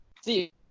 See